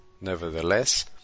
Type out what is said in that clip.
Nevertheless